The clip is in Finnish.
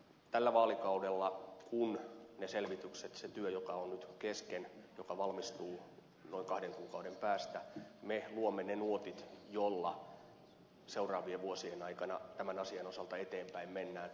tällä vaalikaudella kun ne selvitykset se työ joka on nyt kesken valmistuu noin kahden kuukauden päästä me luomme ne nuotit joilla seuraavien vuosien aikana tämän asian osalta eteenpäin mennään